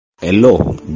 Hello